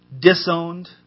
disowned